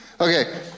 Okay